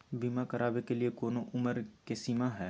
बीमा करावे के लिए कोनो उमर के सीमा है?